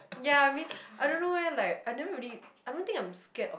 ya I mean I don't know leh like I never really I don't think I'm scared of